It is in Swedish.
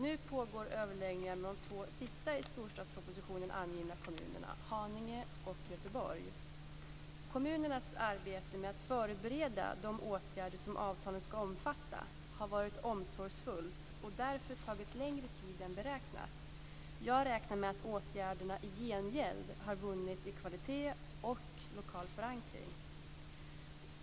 Nu pågår överläggningar med de två sista i storstadspropositionen angivna kommunerna, Haninge och Göteborg. Kommunernas arbete med att förbereda de åtgärder som avtalen ska omfatta har varit omsorgsfullt och därför tagit längre tid än beräknat. Jag räknar med att åtgärderna i gengäld har vunnit i kvalitet och lokal förankring.